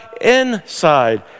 inside